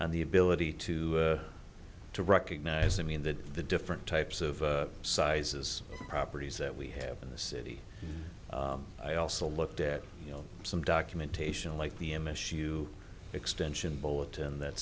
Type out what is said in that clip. and the ability to to recognize i mean that the different types of sizes of properties that we have in the city i also looked at you know some documentation like the m issue extension bulletin that